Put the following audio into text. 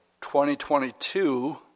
2022